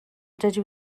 dydw